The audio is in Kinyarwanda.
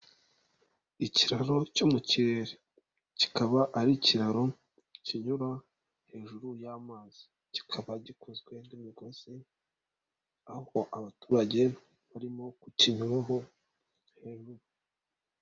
Ikiraro cyo mu kirere, kikaba ari ikiraro kinyura hejuru y'amazi, kikaba gikozwe n'imigozi, aho abaturage barimo kukinyuraho hejuru.